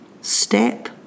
step